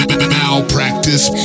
malpractice